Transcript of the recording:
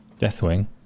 deathwing